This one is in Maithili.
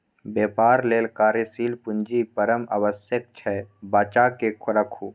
बेपार लेल कार्यशील पूंजी परम आवश्यक छै बचाकेँ राखू